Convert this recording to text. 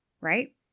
right